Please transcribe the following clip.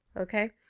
Okay